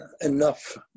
enough